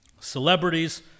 Celebrities